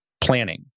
planning